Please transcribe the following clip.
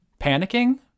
panicking